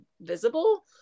visible